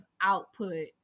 output